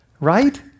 right